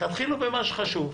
תתחילו במה שחשוב,